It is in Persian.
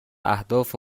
اهداف